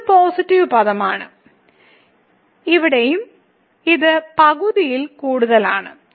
ഇതൊരു പോസിറ്റീവ് പദമാണ് ഇവിടെയും ഇത് പകുതിയിൽ കൂടുതലാണ്